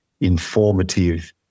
informative